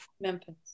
Memphis